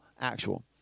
actual